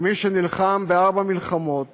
כמי שנלחם בארבע מלחמות